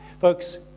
folks